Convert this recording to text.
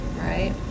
Right